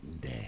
Day